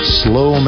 slow